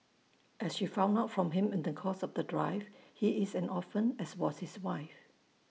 as she found out from him in the course of the drive he is an orphan as was his wife